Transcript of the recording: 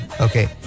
Okay